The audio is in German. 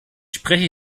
spreche